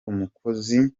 umukozi